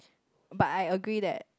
but I agree that